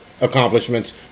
accomplishments